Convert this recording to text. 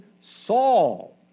Saul